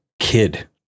kid